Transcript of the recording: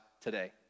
today